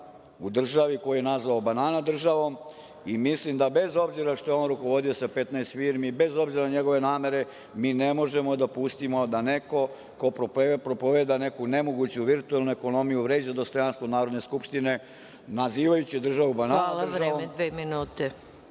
u državi koju je nazvao „banana“ državom i mislim da bez obzira što je on rukovodio sa 15 firmi, bez obzira na njegovo namere mi ne možemo da pustimo da neko ko propoveda neku nemoguću, virtuelnu ekonomiju vređa dostojanstvo Narodne skupštine nazivajući državu „banana“ državom. **Maja Gojković**